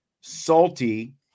Salty